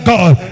God